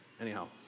Anyhow